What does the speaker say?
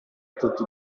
tutti